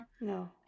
No